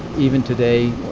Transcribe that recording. even today,